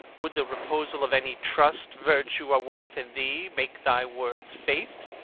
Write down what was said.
would the reposal of any trust, virtue, or worth in thee make thy words faith'd?